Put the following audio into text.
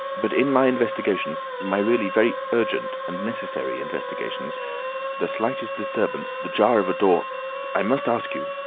but in my investigations my really very urgent and necessary investigations the slightest disturbance, the jar of a door i must ask you